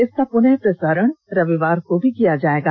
इसका पुनः प्रसारण रविवार को भी किया जाएगा